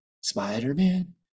spider-man